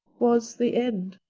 was the end.